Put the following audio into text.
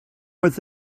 with